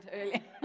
earlier